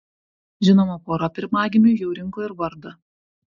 žinoma pora pirmagimiui jau rinko ir vardą